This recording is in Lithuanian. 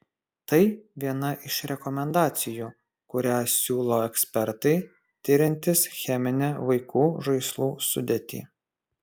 tai viena iš rekomendacijų kurią siūlo ekspertai tiriantys cheminę vaikų žaislų sudėtį